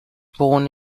born